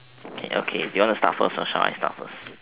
okay do you want to start first or shall I start first